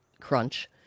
crunch